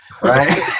Right